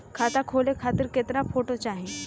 खाता खोले खातिर केतना फोटो चाहीं?